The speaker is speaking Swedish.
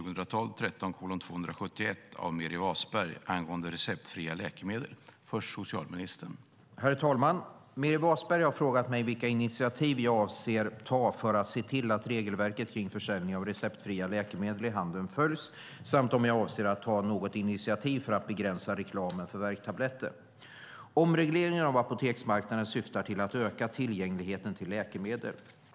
Herr talman! Meeri Wasberg har frågat mig vilka initiativ jag avser att ta för att se till att regelverket kring försäljning av receptfria läkemedel i handeln följs samt om jag avser att ta något initiativ för att begränsa reklamen för värktabletter. Omregleringen av apoteksmarknaden syftar till att öka tillgängligheten till läkemedel.